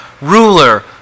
ruler